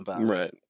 Right